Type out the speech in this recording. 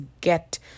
get